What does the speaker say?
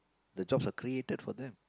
the jobs are created for them